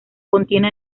contiene